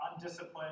undisciplined